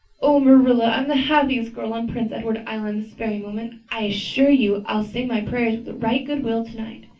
oh marilla, i'm the happiest girl on prince edward island this very moment. i assure you i'll say my prayers with a right good-will tonight.